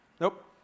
nope